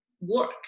work